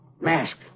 Mask